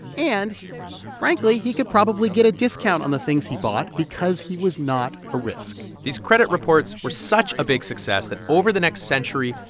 and frankly, he could probably get a discount on the things he bought because he was not a risk these credit reports were such a big success that over the next century,